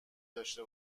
داشته